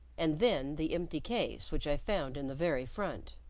and then the empty case which i found in the very front.